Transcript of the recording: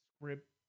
script